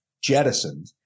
jettisoned